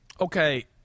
okay